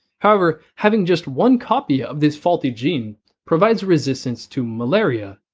however, having just one copy of this faulty gene provides resistance to malaria.